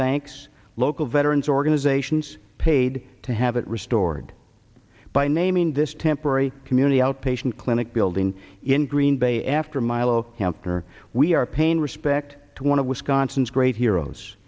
thanks local veterans organizations paid to have it restored by naming this temporary community outpatient clinic building in green bay after milo helped her we are paying respect to one of wisconsin's great heroes